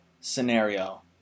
scenario